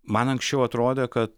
man anksčiau atrodė kad